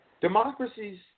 democracies